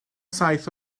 saith